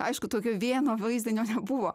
aišku tokio vieno vaizdinio nebuvo